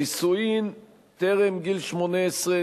נישואים טרם גיל 18,